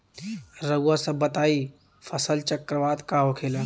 रउआ सभ बताई फसल चक्रवात का होखेला?